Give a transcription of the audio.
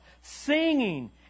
singing